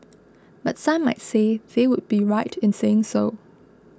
but some might say they would be right in saying so